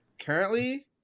currently